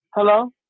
Hello